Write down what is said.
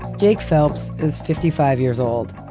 jakes phelps is fifty five years old.